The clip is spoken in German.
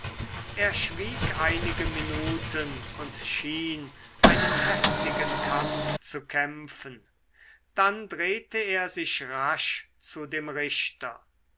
er schwieg einige minuten und schien einen heftigen kampf zu kämpfen dann drehte er sich rasch zu dem richter